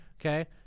Okay